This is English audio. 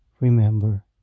Remember